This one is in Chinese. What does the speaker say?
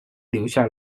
留下